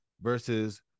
versus